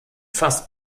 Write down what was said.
fast